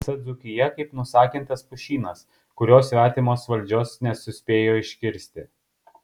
visa dzūkija kaip nusakintas pušynas kurio svetimos valdžios nesuspėjo iškirsti